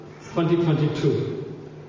2022